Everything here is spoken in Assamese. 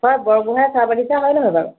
বৰগোঁহাই চাহ বাগিচা হয় নহয় বাৰু